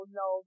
no